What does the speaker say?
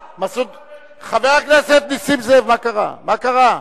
חבר הכנסת נסים זאב, מה קרה?